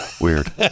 Weird